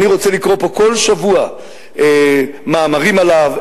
אני רוצה לקרוא פה כל שבוע מאמרים עליו,